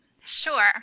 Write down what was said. Sure